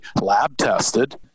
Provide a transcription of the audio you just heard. lab-tested